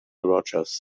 rogers